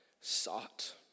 sought